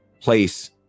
place